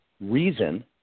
reason